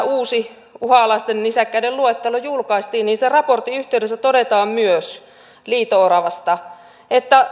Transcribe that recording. uusi uhanalaisten nisäkkäiden luettelo julkaistiin sen raportin yhteydessä todetaan myös liito oravasta että